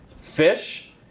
Fish